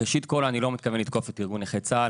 ראשית כל, אני לא מתכוון לתקוף את ארגון נכי צה"ל.